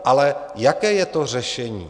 Ale jaké je to řešení?